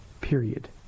period